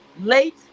Late